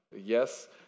Yes